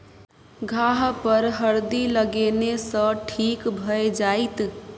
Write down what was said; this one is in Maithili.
घाह पर हरदि लगेने सँ ठीक भए जाइत